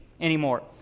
anymore